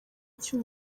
cy’u